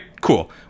cool